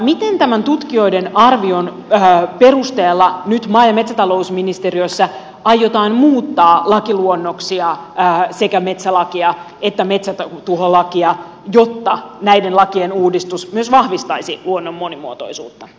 miten tämän tutkijoiden arvion perusteella nyt maa ja metsätalousministeriössä aiotaan muuttaa lakiluonnoksia sekä metsälakia että metsätuholakia jotta näiden lakien uudistus myös vahvistaisi luonnon monimuotoisuutta